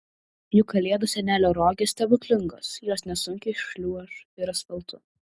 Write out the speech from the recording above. juk kalėdų senelio rogės stebuklingos jos nesunkiai šliuoš ir asfaltu